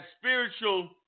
spiritual